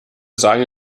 sagen